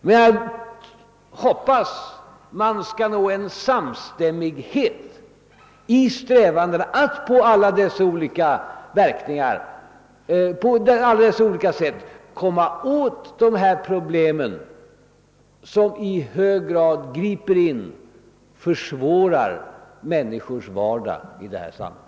Men jag hoppas vi skall nå samstämmighet i strävandena att på alla dessa fält komma åt problemen, som i hög grad griper in i och försvårar människors vardag i vårt samhälle.